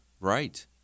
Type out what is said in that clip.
right